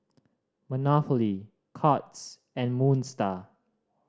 Monopoly Courts and Moon Star